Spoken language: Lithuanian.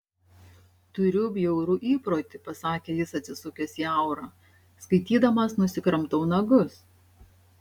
turiu bjaurų įprotį pasakė jis atsisukęs į aurą skaitydamas nusikramtau nagus